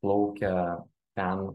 plaukia ten